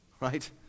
right